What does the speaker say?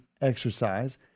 exercise